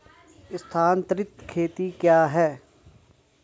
स्थानांतरित खेती क्या है?